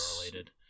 related